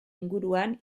inguruan